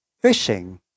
Fishing